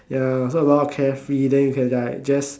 ya so a lot of carefree then you can like just